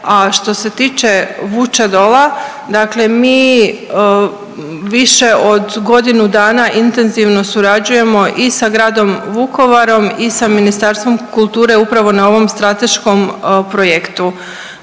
a što se tiče Vučedola, dakle mi više od godinu dana intenzivno surađujemo i sa Gradom Vukovarom i sa Ministarstvom kulture upravo na ovom strateškom projektu.